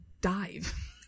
dive